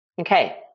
Okay